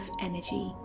energy